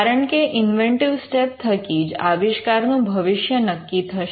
કારણકે inventive step થકી જ આવિષ્કારનું ભવિષ્ય નક્કી થશે